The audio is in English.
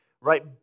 right